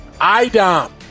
IDOM